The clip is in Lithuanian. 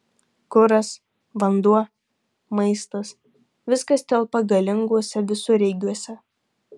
kuras vanduo maistas viskas telpa galinguose visureigiuose